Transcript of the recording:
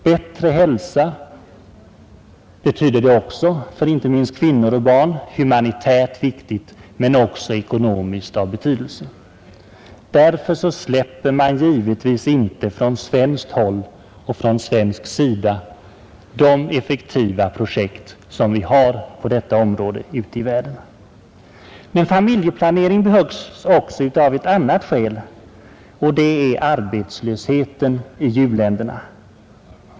Den betyder bättre hälsa inte minst för kvinnor och barn, vilket är humanitärt viktigt men också samhällsekonomiskt av stor betydelse. Därför släpper man givetvis inte från svenskt håll alla de mycket effektiva projekt som vi har på detta område ute i världen. Men familjeplanering behövs också av ett annat skäl, och det är arbetslösheten i u-länderna.